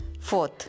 Fourth